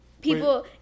People